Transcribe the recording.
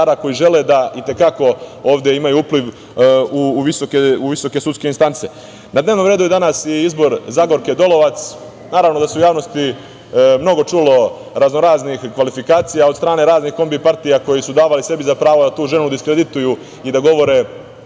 koji žele da i te kako ovde imaju upliv u visoke sudske instance. Na dnevnom redu je danas i izbor Zagorke Dolovac. Naravno da se u javnosti mnogo čulo raznoraznih kvalifikacija od strane raznih kombi partija koje su davale sebi za pravo da tu ženu diskredituju i da govore